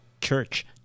church